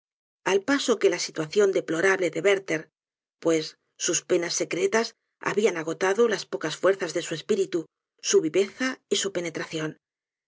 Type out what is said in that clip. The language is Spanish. al paso que la situación deplorable de werlher pues sus penas secretas habían agotado las pocas fuerzas de su espíritu su viveza y su penetración